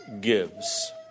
gives